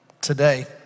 today